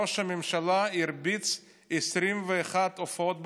ראש הממשלה הרביץ 21 הופעות בטלוויזיה.